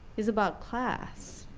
is about class,